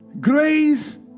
Grace